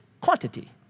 quantity